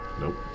Nope